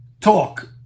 talk